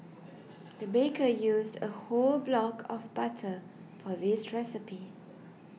the baker used a whole block of butter for this recipe